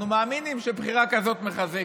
אנחנו מאמינים שבחירה כזאת מחזקת.